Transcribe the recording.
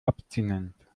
abstinent